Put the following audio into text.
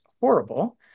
horrible